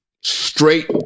straight